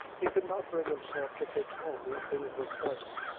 he could not bring himself to pretend that things were pleasant.